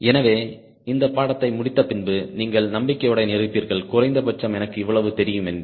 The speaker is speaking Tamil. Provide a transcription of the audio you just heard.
எனவே இந்த பாடத்தை முடித்தபின்பு நீங்கள் நம்பிக்கையுடன் இருப்பீர்கள் குறைந்தபட்சம் எனக்கு இவ்வளவு தெரியுமென்று